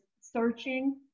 searching